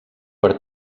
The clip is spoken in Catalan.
per